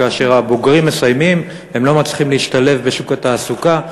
כאשר הבוגרים מסיימים הם לא מצליחים להשתלב בשוק התעסוקה,